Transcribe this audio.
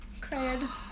Cried